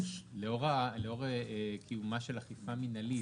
לאור קיומה של אכיפה מנהלית,